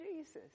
Jesus